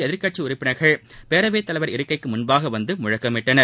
எதிர்க்கட்சி உறுப்பினர்கள் பேரவைத் தலைவரின் இருக்கைக்கு முன்பாக வந்து முழக்கமிட்டனர்